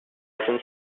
license